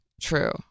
True